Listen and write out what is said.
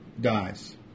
dies